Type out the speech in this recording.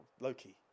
Loki